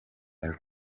nel